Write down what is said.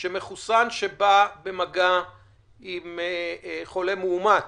שמחוסן שבא במגע עם חולה מאומת